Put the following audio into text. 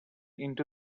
into